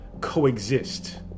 coexist